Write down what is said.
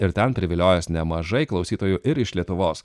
ir ten priviliojęs nemažai klausytojų ir iš lietuvos